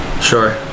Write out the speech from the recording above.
Sure